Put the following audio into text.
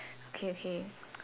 okay okay